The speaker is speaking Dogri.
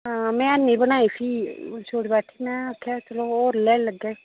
हां मैं हैनी बनाई फ्ही छोड़ी बैठी मैं आखेया चलो और लेई लैगे